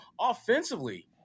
offensively